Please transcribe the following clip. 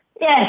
Yes